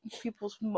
people's